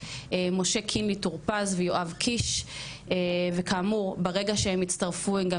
משה קינלי טור פז ויואב קיש וכאמור ברגע שהם יצטרפו הם גם